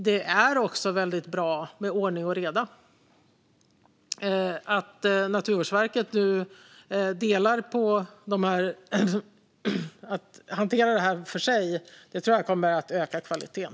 Det är också bra med ordning och reda. Att Naturvårdsverket nu delar på det här så att man hanterar det för sig tror jag kommer att öka kvaliteten.